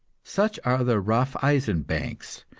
such are the raffeisen banks,